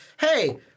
hey—